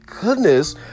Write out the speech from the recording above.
goodness